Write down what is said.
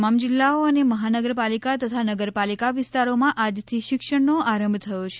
તમામ જીલ્લાઓ અને મહાનગરપાલિકા તથા નગરપાલિકા વિસ્તારોમાં આજથી શિક્ષણનો આરંભ થયો છે